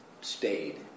stayed